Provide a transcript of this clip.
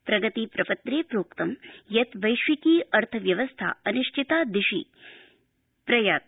प्रगति प्रपत्रे प्रोक्तं यत् वैश्विकी अर्थव्यवस्था अनिश्चित दिशा प्रयाति